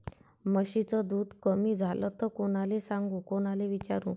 म्हशीचं दूध कमी झालं त कोनाले सांगू कोनाले विचारू?